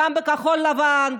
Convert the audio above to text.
גם בכחול לבן,